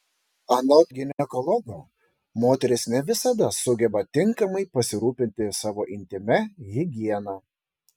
anot ginekologo moterys ne visada sugeba tinkamai pasirūpinti savo intymia higiena